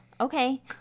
Okay